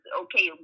okay